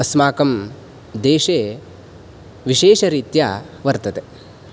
अस्माकं देशे विशेषरीत्या वर्तते